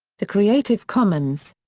the creative commons.